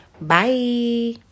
Bye